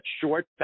short